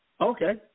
Okay